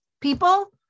people